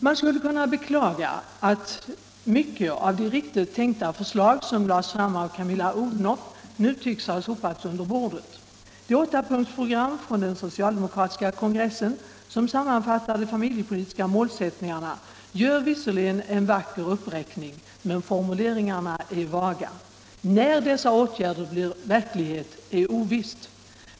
Man kan beklaga att mycket av de riktigt tänkta förslag som lades fram av Camilla Odhnoff nu tycks ha sopats under bordet. Det åttapunktsprogram från den socialdemokratiska kongressen som sammanfattar de familjepolitiska målsättningarna gör visserligen en vacker uppräkning, men formuleringarna är vaga. När dessa åtgärder blir verklighet är ovisst.